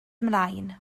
ymlaen